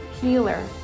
healer